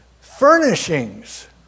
furnishings